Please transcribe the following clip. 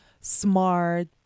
smart